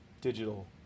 digital